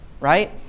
right